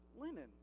linen